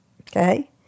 Okay